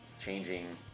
changing